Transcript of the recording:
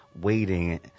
waiting